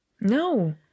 No